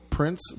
Prince